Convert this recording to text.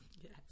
Yes